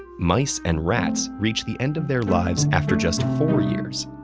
mice and rats reach the end of their lives after just four years,